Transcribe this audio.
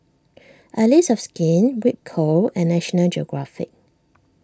Allies of Skin Ripcurl and National Geographic